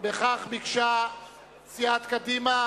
בכך ביקשה סיעת קדימה